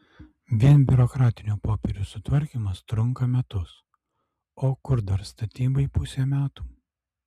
vien biurokratinių popierių sutvarkymas trunka metus o kur dar statybai pusė metų